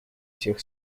всех